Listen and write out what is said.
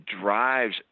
drives